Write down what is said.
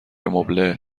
مبله